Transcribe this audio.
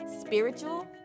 spiritual